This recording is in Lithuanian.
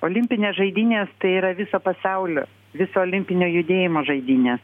olimpinės žaidynės tai yra viso pasaulio viso olimpinio judėjimo žaidynės